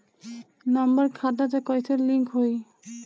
Number खाता से कईसे लिंक होई?